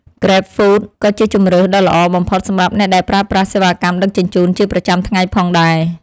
ក្រេបហ្វូត ក៏ជាជម្រើសដ៏ល្អបំផុតសម្រាប់អ្នកដែលប្រើប្រាស់សេវាកម្មដឹកជញ្ជូនជាប្រចាំថ្ងៃផងដែរ។